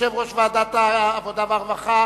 יושב-ראש ועדת העבודה והרווחה